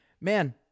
man